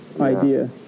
idea